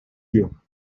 you